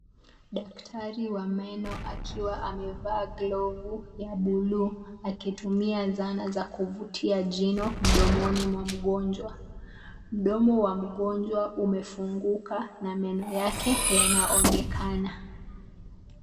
Daktari wa meno akiwa amevaa glovu ya buluu akitumia zana za kuvutia jino mdomoni mwa mgonjwa. Mdomo wa mgonjwa umefunguka meno yake yanaonekana.